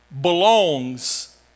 belongs